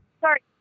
Sorry